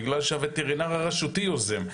בגלל שהווטרינר הרשותי יוזם.